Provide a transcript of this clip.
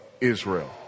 Israel